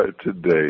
Today